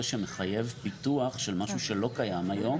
שמחייב פיתוח של משהו שלא קיים היום,